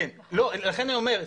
לכן אני אומר,